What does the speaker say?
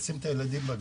לשים את הילדים בגן,